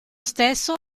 stesso